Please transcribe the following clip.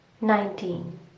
nineteen